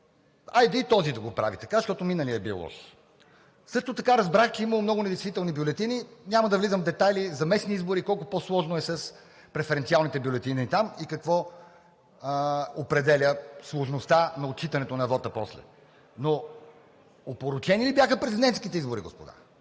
хайде и този да го прави така, защото миналият е бил лош. Също така разбрах, че е имало много недействителни бюлетини. Няма да влизам в детайли за местни избори колко по-сложно е с преференциалните бюлетини там и какво определя сложността на отчитането на вота после. Но опорочени ли бяха президентските избори, господа?